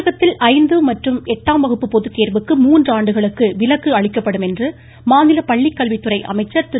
தமிழகத்தில் ஐந்து மற்றும் எட்டாம் வகுப்பு பொதுத்தேர்வுக்கு மூன்று ஆண்டுகளுக்கு விலக்கு அளிக்கப்படும் என்று மாநில பள்ளிக்கல்வித்துறை அமைச்சர் திரு